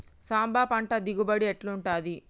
సాంబ పంట దిగుబడి ఎట్లుంటది?